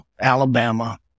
Alabama